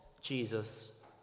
Jesus